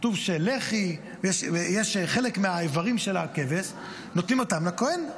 כתוב שחלק מהאיברים של הכבש נותנים לכוהן.